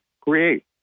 create